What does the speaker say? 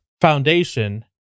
foundation